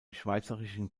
schweizerischen